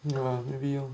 ya maybe lor